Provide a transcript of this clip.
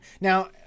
Now